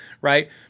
Right